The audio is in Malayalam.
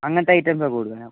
അങ്ങനത്തെ ഐറ്റംസൊക്കെ കൊടുക്കണം